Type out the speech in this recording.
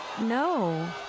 No